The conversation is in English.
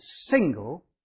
single